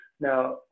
now